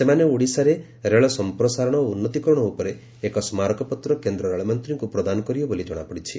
ସେମାନେ ଓଡିଶାରେ ରେଳ ସମ୍ପ୍ରସାରଣ ଓ ଉନ୍ନତିକରଣ ଉପରେ ଏକ ସ୍କାରକପତ୍ର କେନ୍ଦ୍ ରେଳମନ୍ତୀଙ୍କୁ ପ୍ରଦାନ କରିବେ ବୋଲି ଜଣାପଡିଛି